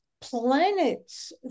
planets